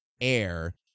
air